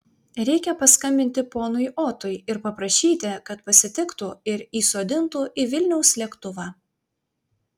reikia paskambinti ponui otui ir paprašyti kad pasitiktų ir įsodintų į vilniaus lėktuvą